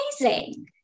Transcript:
amazing